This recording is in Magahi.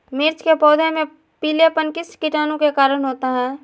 मिर्च के पौधे में पिलेपन किस कीटाणु के कारण होता है?